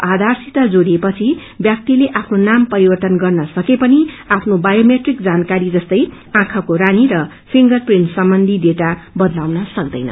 आधारसित जोड़िएपछि व्याक्तिले आफ्नो नाम परिवन्न गर्न सके पनि आफ्नो बायोमेट्रिक जानकारी जस्तै आँखाको रानी र फिंगर प्रिंटस सम्बन्ची डेआ बदलाउन सक्दैन